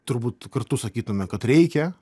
turbūt kartu sakytume kad reikia